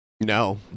No